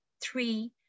three